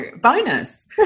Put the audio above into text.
Bonus